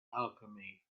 alchemy